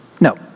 No